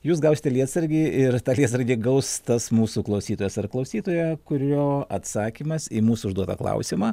jūs gausite lietsargį ir tą lietsargį gaus tas mūsų klausytojas ar klausytoja kurio atsakymas į mūsų užduotą klausimą